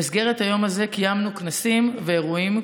במסגרת היום הזה קיימנו כנסים ואירועים,